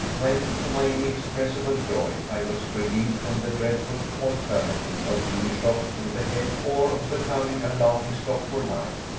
when, to my inexpressible joy, i was relieved from the dreadful alternative of being shot through the head, or of becoming a laughing-stock for life,